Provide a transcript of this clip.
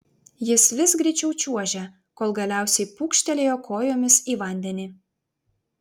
jis vis greičiau čiuožė kol galiausiai pūkštelėjo kojomis į vandenį